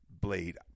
blade